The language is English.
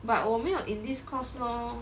but 我没有 in this course lor